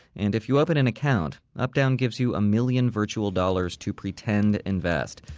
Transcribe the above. and if you open an account, updown gives you a million virtual dollars to pretend invest.